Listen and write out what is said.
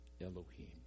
Elohim